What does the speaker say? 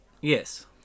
Yes